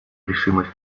решимость